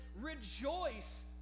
rejoice